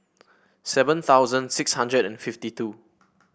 seven thousand six hundred and fifty two